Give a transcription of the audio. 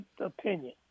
opinion